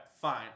fine